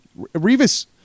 Revis –